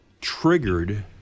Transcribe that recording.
triggered